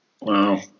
Wow